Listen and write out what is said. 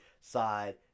side